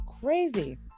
Crazy